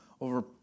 over